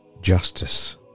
Justice